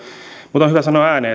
mutta on hyvä sanoa tämä ääneen